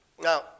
Now